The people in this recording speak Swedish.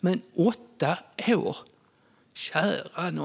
Men det handlar om åtta år, kära nån!